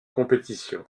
compétition